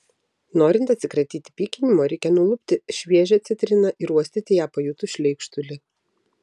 norint atsikratyti pykinimo reikia nulupti šviežią citriną ir uostyti ją pajutus šleikštulį